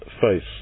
face